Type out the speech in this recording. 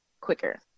quicker